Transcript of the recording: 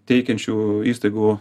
teikiančių įstaigų